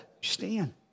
stand